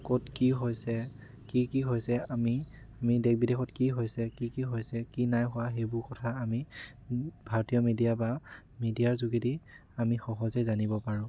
ক'ত কি হৈছে কি কি হৈছে আমি আমি দেশ বিদেশত কি হৈছে কি কি হৈছে কি নাই হোৱা সেইবোৰ কথা আমি ভাৰতীয় মিডিয়া বা মিডিয়াৰ যোগেদি আমি সহজে জানিব পাৰোঁ